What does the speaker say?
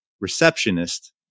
Receptionist